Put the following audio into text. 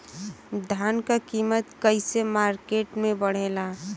धान क कीमत कईसे मार्केट में बड़ेला?